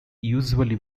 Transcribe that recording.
usually